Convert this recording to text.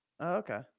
okay